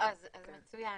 אז זה מצוין.